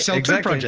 so exactly. and yeah